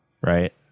right